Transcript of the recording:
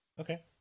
Okay